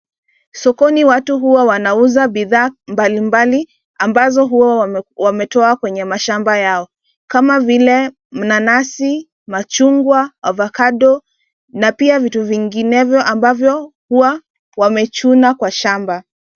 Sokoni watu huwa wanauza bidhaa mbalimbali ambazo huwa wametoa kwenye mashamba yao kama vile mnanasi, machungwa avocado na pia vitu vinginevyo ambavyo huwa wamechuna kwa shamba.